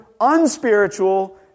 unspiritual